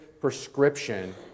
prescription